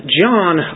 John